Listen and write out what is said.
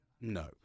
no